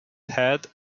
head